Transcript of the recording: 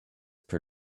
per